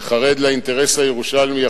שחרד לאינטרס הירושלמי,